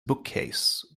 bookcase